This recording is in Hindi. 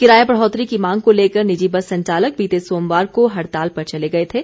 किराया बढ़ोतरी की मांग को लेकर निजी बस संचालक बीते सोमवार को हड़ताल पर चले गए थे